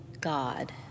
God